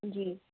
जी